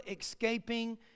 escaping